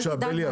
בבקשה, בליאק.